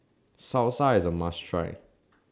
Salsa IS A must Try